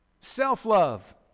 Self-love